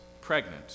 pregnant